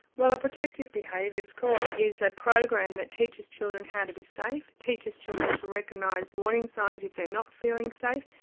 well a protective behaviours course is a program that teaches children how to be safe, teaches children to recognise warning signs if they're not feeling safe,